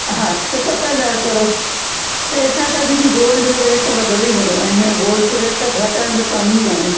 हा त सत हज़ार करो पैसा त दीदी गोल्ड जो रेट वधणो ई वधणो आहे हींअर गोल्ड जो रेट त घटण जो कम ई कोन्हे